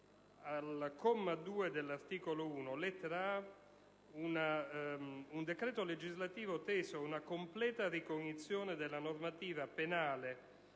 al comma 2 dell'articolo 1, lettera *a)*, un decreto legislativo teso ad «una completa ricognizione della normativa penale,